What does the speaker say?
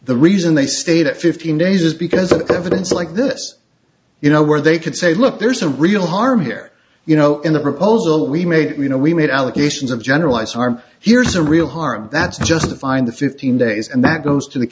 the reason they stayed at fifteen days is because of evidence like this you know where they can say look there's a real harm here you know in the proposal that we made you know we made allegations of generalized harm here's a real harm that's just to find the fifteen days and that goes to the